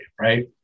right